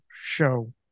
show